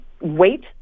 wait